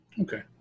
Okay